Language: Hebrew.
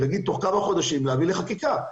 ותוך כמה חודשים להביא לחקיקה.